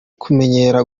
kumenyera